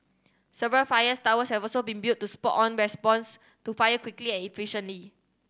several fires towers have also been built to spot on response to fire quickly and efficiently